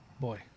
Boy